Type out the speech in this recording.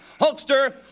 Hulkster